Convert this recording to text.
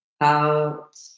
out